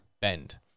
bend